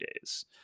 days